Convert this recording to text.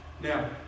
Now